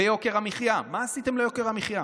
ביוקר המחיה, מה עשיתם ביוקר המחיה?